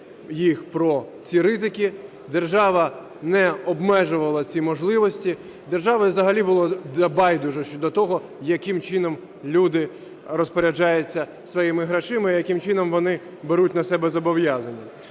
про ці ризики, держава не обмежувала ці можливості. Державі взагалі було байдуже щодо того, яким чином люди розпоряджаються своїми грошима і яким чином вони беруть на себе зобов'язання.